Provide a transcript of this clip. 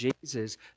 Jesus